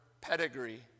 pedigree